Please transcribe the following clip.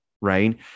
right